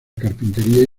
carpintería